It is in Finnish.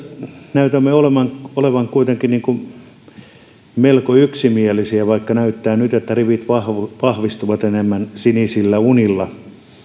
näytämme olevan kuitenkin melko yksimielisiä vaikka näyttää nyt että rivit vahvistuvat enemmän sinisillä unilla